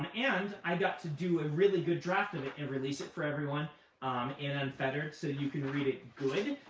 um and i got to do a really good draft of it and release it for everyone in unfeathered, so you can read it good,